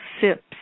sips